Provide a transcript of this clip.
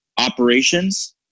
operations